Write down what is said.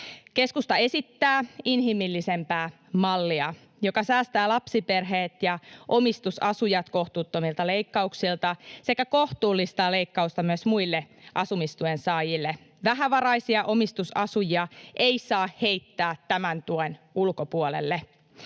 Keskusta esittää inhimillisempää mallia, joka säästää lapsiperheet ja omistusasujat kohtuuttomilta leikkauksilta sekä kohtuullistaa leikkausta myös muille asumistuen saajille. Vähävaraisia omistusasujia ei saa heittää tämän tuen ulkopuolelle.